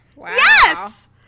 Yes